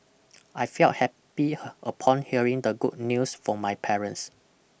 I felt happy upon hearing the good news from my parents